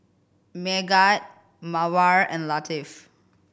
Megat Mawar and Latif